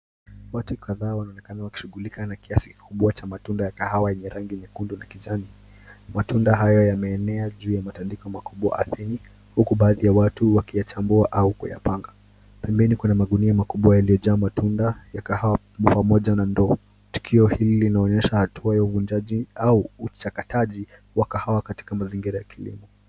Watu kadhaa wanaonekana wakishughulika na kiasi kikubwa cha matunda ya kahawa yenye rangi nyekundu na kijani. Matunda hayo yameenea juu ya matandiko makubwa ardhini huku baadhi ya watu wakiyachambua au kuyapanga. Pembeni kuna magunia makubwa yaliyojaa matunda ya kahawa pamoja na ndoo. Tukio hili linaonyesha hatua ya uvunjaji au uchakataji wa kahawa katika mazingira .